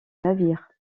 navire